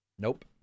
nope